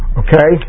okay